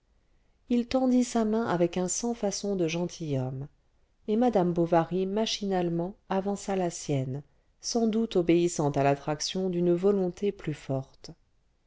il tendit sa main avec un sans-façon de gentilhomme et madame bovary machinalement avança la sienne sans doute obéissant à l'attraction d'une volonté plus forte